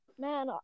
man